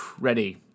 Ready